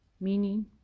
meaning